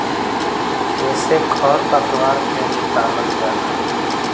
एसे खर पतवार के निकालल जाला